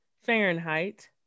Fahrenheit